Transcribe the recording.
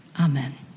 Amen